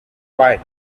quiet